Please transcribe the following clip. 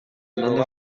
tantos